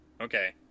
Okay